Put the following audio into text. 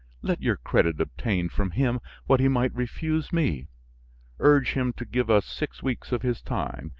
let your credit obtain from him what he might refuse me urge him to give us six weeks of his time.